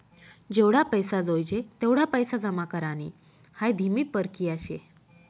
जेवढा पैसा जोयजे तेवढा पैसा जमा करानी हाई धीमी परकिया शे